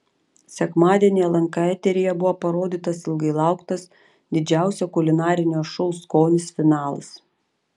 sekmadienį lnk eteryje buvo parodytas ilgai lauktas didžiausio kulinarinio šou skonis finalas